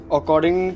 According